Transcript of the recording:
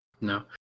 No